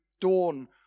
dawn